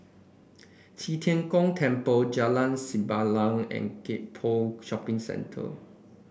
Qi Tian Gong Temple Jalan Sembilang and Gek Poh Shopping Centre